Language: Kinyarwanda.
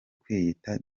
kwiyita